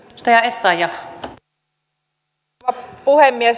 arvoisa rouva puhemies